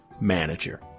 Manager